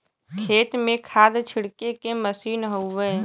खेत में खाद छिड़के के मसीन हउवे